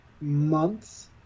months